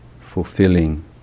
fulfilling